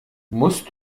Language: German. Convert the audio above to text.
musst